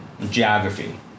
geography